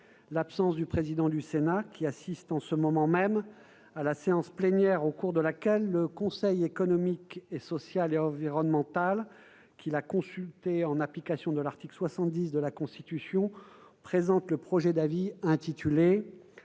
l'absence du président du Sénat qui assiste en ce moment même à la séance plénière au cours de laquelle le Conseil économique social et environnemental, qu'il a consulté en application de l'article 70 de la Constitution, présente le projet d'avis intitulé